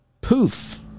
poof